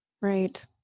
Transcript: Right